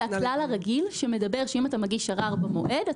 הוא הכלל הרגיל שאומר שאם אתה מגיש ערר במועד,